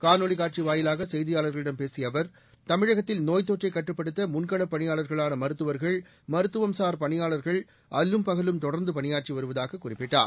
காணொலி காட்சி வாயிலாக செய்தியாளா்களிடம் பேசிய அவா் தமிழகத்தில் நோய் தொற்றை கட்டுப்படுத்த முன்களப் பணியாளர்களான மருத்துவர்கள் மருத்துவம்சார் பணியாளர்கள் அல்லும் பகலும் தொடர்ந்து பணியாற்றி வருவதாகக் குறிப்பிட்டார்